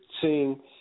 seeing